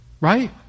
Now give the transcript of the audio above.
Right